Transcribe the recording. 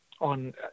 on